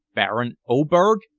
baron oberg!